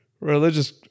religious